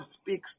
speaks